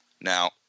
Now